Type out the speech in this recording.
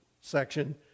section